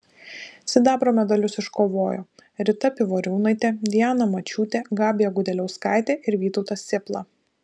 sidabro medalius iškovojo rita pivoriūnaitė diana mačiūtė gabija gudeliauskaitė ir vytautas cėpla